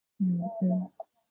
mmhmm